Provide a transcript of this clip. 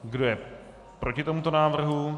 Kdo je proti tomuto návrhu?